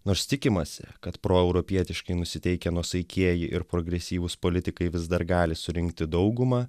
nors tikimasi kad proeuropietiškai nusiteikę nuosaikieji ir progresyvūs politikai vis dar gali surinkti daugumą